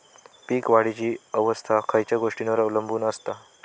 पीक वाढीची अवस्था खयच्या गोष्टींवर अवलंबून असता?